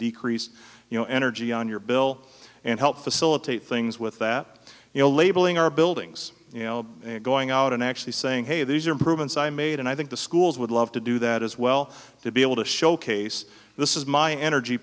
decrease you know energy on your bill and help facilitate things with that you know labeling our buildings you know going out and actually saying hey these are improvements i made and i think the schools would love to do that as well to be able to showcase this is my energy